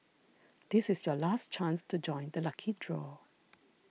this is your last chance to join the lucky draw